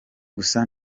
gusa